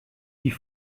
die